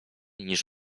niż